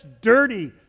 dirty